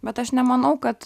bet aš nemanau kad